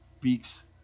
beaks